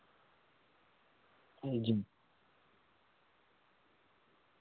جی